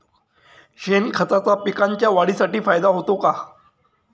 शेणखताचा पिकांच्या वाढीसाठी फायदा होतो का?